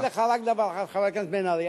אני אגיד לך רק דבר אחד, חבר הכנסת בן-ארי.